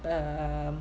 err